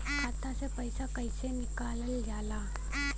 खाता से पैसा कइसे निकालल जाला?